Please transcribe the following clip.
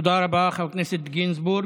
תודה רבה, חבר הכנסת גינזבורג.